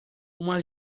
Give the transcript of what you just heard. uma